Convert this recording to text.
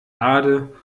barde